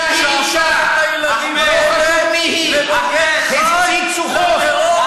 שהפך את הילדים האלה למגן חי לטרור,